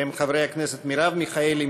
שהם חברי הכנסת מרב מיכאלי,